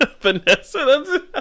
Vanessa